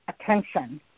attention